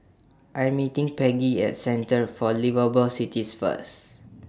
I'm meeting Peggy At Centre For Liveable Cities First